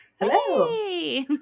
Hello